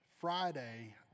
Friday